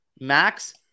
Max